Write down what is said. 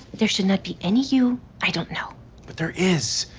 there should not be any you i don't know but there is.